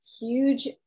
huge